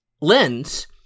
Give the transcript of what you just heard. lens